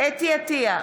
חוה אתי עטייה,